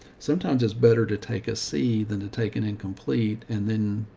sometimes it's better to take a c than to take an incomplete. and then,